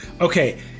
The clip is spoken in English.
Okay